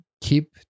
keep